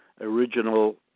original